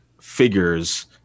figures